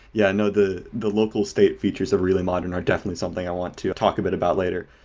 yeah know the the local state features of relay modern are definitely something i want to talk a bit about later.